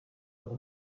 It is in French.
pour